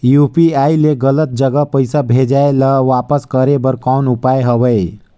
UPI ले गलत जगह पईसा भेजाय ल वापस करे बर कौन उपाय हवय?